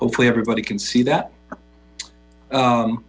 hopefully everybody can see that